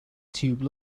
tube